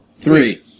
three